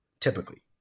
Typically